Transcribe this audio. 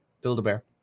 Build-A-Bear